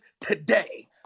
today